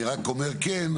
אני רק אומר כן,